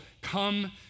come